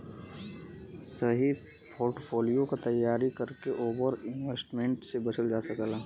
सही पोर्टफोलियो क तैयारी करके ओवर इन्वेस्टमेंट से बचल जा सकला